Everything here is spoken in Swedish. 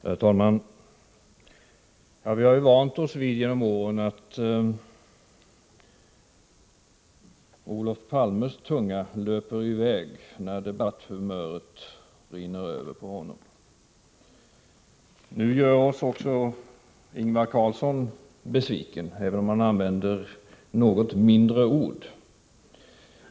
Herr talman! Vi har genom åren vant oss vid att Olof Palmes tunga löper iväg när debatthumöret rinner över på honom. Nu gör oss också Ingvar Carlsson besviken, även om han använder något ”mindre” ord.